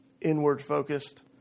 inward-focused